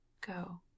go